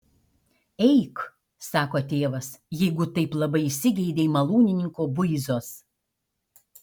eik sako tėvas jeigu taip labai įsigeidei malūnininko buizos